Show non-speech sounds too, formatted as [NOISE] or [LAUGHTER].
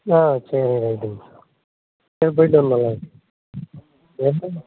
ஆ சரி நன்றிங்க சார் சரி போயிட்டு வந்தடலாங்க சார் [UNINTELLIGIBLE]